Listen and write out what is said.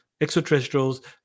extraterrestrials